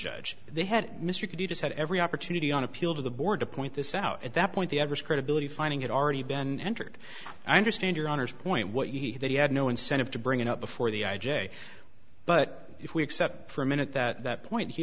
judge they had mr could you just had every opportunity on appeal to the board to point this out at that point the average credibility finding it already been entered i understand your honor's point what he that he had no incentive to bring it up before the i j a but if we accept for a minute that point he